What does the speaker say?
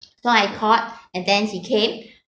so I called and then he came